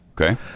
Okay